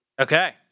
Okay